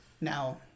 Now